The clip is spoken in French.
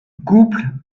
couple